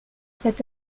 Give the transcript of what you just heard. cette